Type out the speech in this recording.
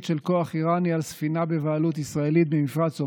של כוח איראני על ספינה בבעלות ישראלית במפרץ עומאן.